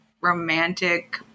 romantic